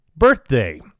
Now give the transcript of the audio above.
Birthday